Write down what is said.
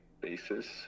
basis